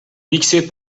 mixé